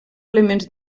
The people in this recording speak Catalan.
elements